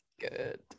Good